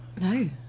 No